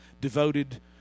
devoted